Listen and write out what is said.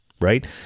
right